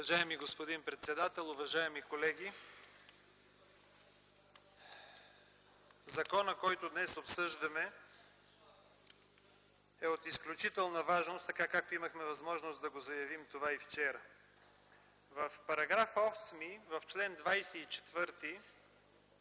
Уважаеми господин председател, уважаеми колеги! Законът, който днес обсъждаме, е от изключителна важност, както имахме възможност да заявим и вчера. В § 8, чл. 24,